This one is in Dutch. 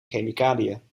chemicaliën